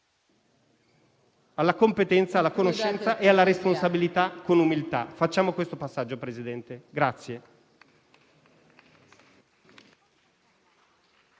alla competenza, alla conoscenza e alla responsabilità con umiltà. Facciamo questo passaggio, Presidente.